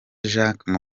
jacques